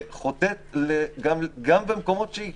וחוטאת גם במקומות שהיא